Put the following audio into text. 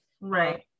Right